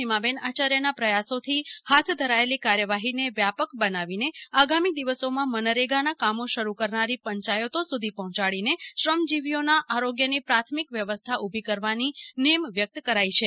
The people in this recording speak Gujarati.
નિમાબેન આચાર્યના પ્રયાસોથી હાથ ધરાયેલી કાર્યવાહીના વ્યાપક બનાવીને આગામી દિવસોમાં મનેરેગાના કામો શરૂ કરનારી પંચાયતો સુધી પહોંચાડીને શ્રમજીવીઓના આરોગ્યની પ્રાથમિક વ્યવસ્થા ઉભી કરવાની નેમ વ્યક્ત કરાઈ છે